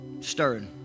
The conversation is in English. Stirring